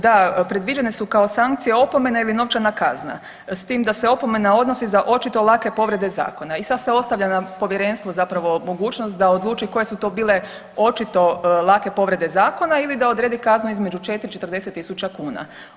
Da, predviđene su kao sankcije opomene ili novčana kazna s tim da se opomena odnosi za očito lake povrede zakona i sad se ostavlja na povjerenstvu zapravo mogućnost da odluči koje su to bile očito lake povrede zakona ili da odredi kaznu između 4 i 40 tisuća kuna.